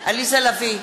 עליזה לביא,